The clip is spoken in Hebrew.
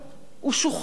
הוא שוחרר.